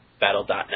battle.net